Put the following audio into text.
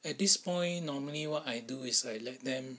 at this point normally what I do is I let them